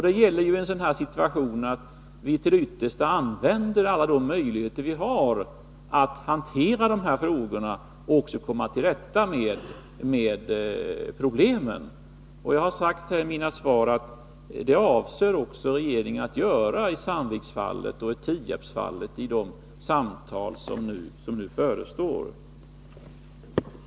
Det gäller i en sådan situation att vi till det yttersta använder alla de möjligheter vi har för att hantera dessa frågor och komma till rätta med problemen. Jag har i mina svar sagt att regeringen också avser att göra detta i Sandviksfallet och i Tierpsfallet vid de samtal som nu förestår.